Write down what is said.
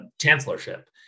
chancellorship